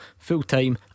Fulltime